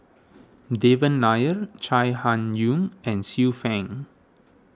Devan Nair Chai Hon Yoong and Xiu Fang